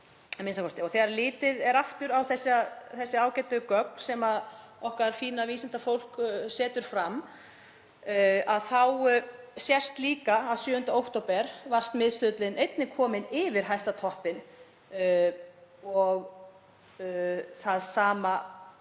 Og þegar litið er aftur á þessi ágætu gögn, sem okkar fína vísindafólk setur fram, þá sést líka að 7. október var smitstuðullinn einnig kominn yfir hæsta toppinn. Með sömu rökum